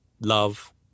Love